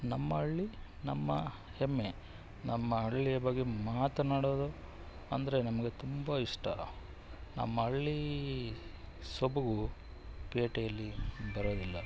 ನಮ್ಮ ಹಳ್ಳಿ ನಮ್ಮ ಹೆಮ್ಮೆ ನಮ್ಮ ಹಳ್ಳಿಯ ಬಗ್ಗೆ ಮಾತನಾಡುವುದು ಅಂದರೆ ನಮಗೆ ತುಂಬ ಇಷ್ಟ ನಮ್ಮ ಹಳ್ಳಿ ಸೊಬಗು ಪೇಟೆಯಲ್ಲಿ ಬರೋದಿಲ್ಲ